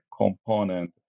component